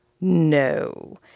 No